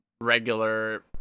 regular